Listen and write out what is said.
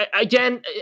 again